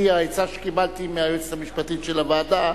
העצה שקיבלתי מהיועצת המשפטית של הוועדה,